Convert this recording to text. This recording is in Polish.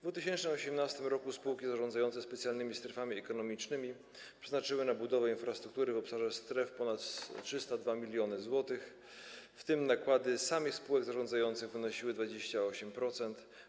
W 2018 r. spółki zarządzające specjalnymi strefami ekonomicznymi przeznaczyły na budowę infrastruktury w obszarze stref ponad 302 mln zł, w tym nakłady samych spółek zarządzających wynosiły 28%.